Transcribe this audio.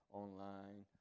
online